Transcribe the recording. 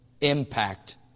Impact